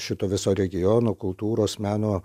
šito viso regiono kultūros meno